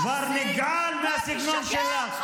כבר נגעל מהסגנון שלך.